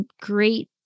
great